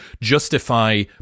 justify